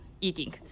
eating